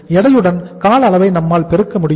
எடையுடன் கால அளவை நம்மால் பெருக்க முடியும்